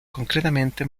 concretamente